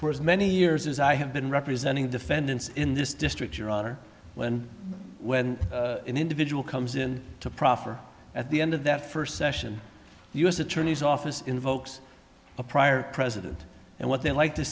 for as many years as i have been representing defendants in this district your honor when when an individual comes in to proffer at the end of that first session the u s attorney's office invokes a prior president and what they like to